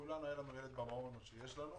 לכולנו היה ילד במעון או שיש לנו.